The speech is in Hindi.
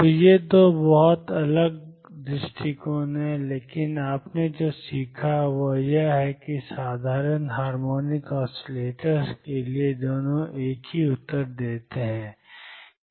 तो ये 2 बहुत अलग दृष्टिकोण हैं लेकिन आपने जो सीखा वह यह है कि साधारण हार्मोनिक ऑसिलेटर्स के लिए दोनों एक ही उत्तर देते हैं